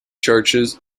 churches